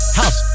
house